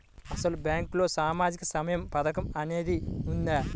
అసలు బ్యాంక్లో సామాజిక సహాయం పథకం అనేది వున్నదా?